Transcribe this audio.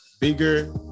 Bigger